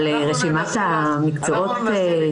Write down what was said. רשימת המקצועות היא